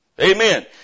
Amen